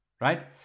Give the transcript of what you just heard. right